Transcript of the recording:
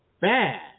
bad